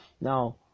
Now